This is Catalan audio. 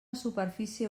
superfície